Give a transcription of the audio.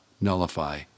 nullify